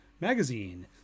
magazine